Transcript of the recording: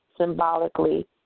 symbolically